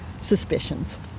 suspicions